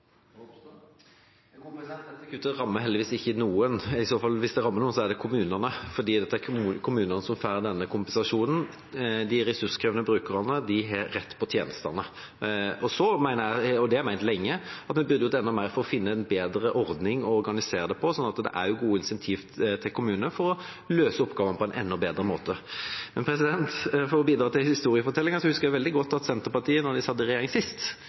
Dette kuttet rammer heldigvis ikke noen, og hvis det rammer noen, er det i så fall kommunene, fordi det er kommunene som får denne kompensasjonen. De ressurskrevende brukerne har rett på tjenestene. Så mener jeg, og det har jeg ment lenge, at vi burde gjort enda mer for å finne en bedre måte å organisere det på, slik at kommunene har gode insentiver til å løse oppgavene på en enda bedre måte. Men for å bidra til historiefortellingen: Jeg husker veldig godt at Senterpartiet, da de satt i regjering sist,